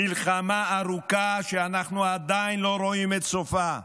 מלחמה ארוכה, שאנחנו עדיין לא רואים את סופה,